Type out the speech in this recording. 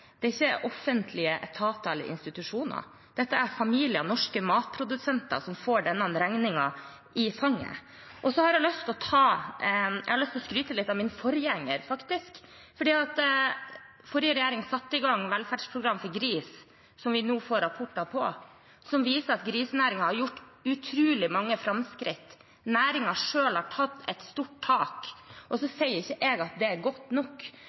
Det er ikke offentlige etater eller institusjoner. Det er familier, norske matprodusenter, som får denne regningen i fanget. Så har jeg faktisk lyst til å skryte litt av min forgjenger, for forrige regjering satte i gang et velferdsprogram for gris, som vi nå får rapporter på, og som viser at grisenæringen har gjort utrolig mange framskritt. Næringen selv har tatt et stort tak. Så sier ikke jeg at det er godt nok,